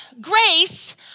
grace